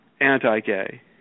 anti-gay